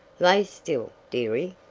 lay still, dearie.